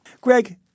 Greg